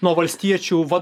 nuo valstiečių va